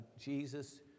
Jesus